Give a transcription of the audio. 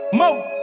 more